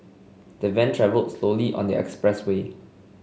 the van travelled slowly on the expressway